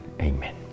Amen